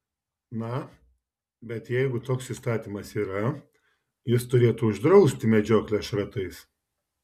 na bet jeigu toks įstatymas yra jis turėtų uždrausti medžioklę šratais